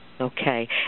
Okay